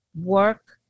work